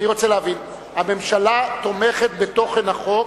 אני רוצה להבין: הממשלה תומכת בתוכן החוק,